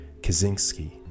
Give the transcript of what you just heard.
Kaczynski